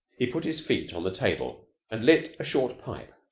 he put his feet on the table, and lit a short pipe.